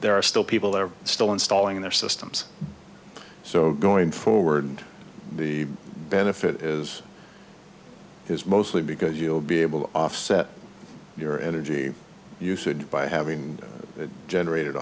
there are still people that are still installing their systems so going forward the benefit is is mostly because you'll be able to offset your energy usage by having it generated